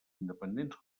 independents